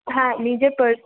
হ্যাঁ নিজে